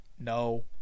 no